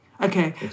Okay